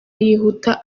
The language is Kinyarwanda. yihuta